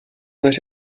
let